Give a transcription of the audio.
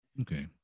Okay